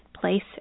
Place